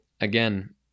again